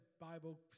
Bible